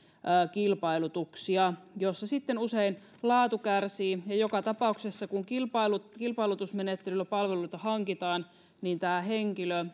kilpailutuksia joissa sitten usein laatu kärsii ja joka tapauksessa kun kilpailutusmenettelyllä palveluita hankitaan niin tämä